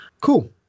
Cool